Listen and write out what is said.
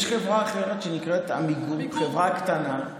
יש חברה אחרת, שנקראת עמיגור, חברה קטנה,